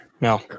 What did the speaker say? No